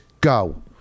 go